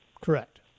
Correct